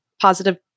positive